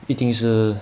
一定是